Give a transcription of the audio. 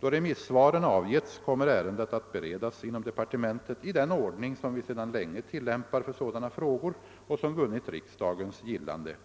Då remissvaren avgetts, kommer ärendet att beredas inom departementet i den ordning som vi sedan länge tillämpar för sådana frågor och som vunnit riksdagens gillande.